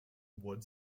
wood